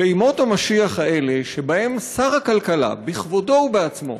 לימות המשיח האלה שבהם שר הכלכלה בכבודו ובעצמו